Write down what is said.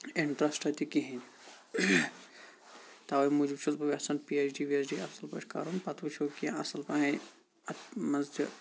اِنٹرسٹا تہِ کِہیٖنۍ تَوَے مُوٗجُب چھُس بہٕ وٮ۪ژھان پی اٮ۪چ ڈی وی اٮ۪چ ڈی اَصٕل پٲٹھۍ کَرُن پَتہٕ وٕچھو کینٛہہ اَصٕل پَہَم اَتھ منٛز تہٕ